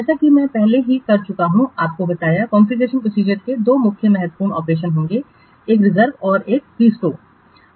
जैसा कि मैं पहले ही कर चुका हूं आपको बताया कॉन्फ़िगरेशन प्रोसीजरमें दो मुख्य महत्वपूर्ण ऑपरेशन होंगे एक रिजर्व और एक रिस्टोर है